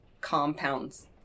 compounds